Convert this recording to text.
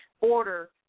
order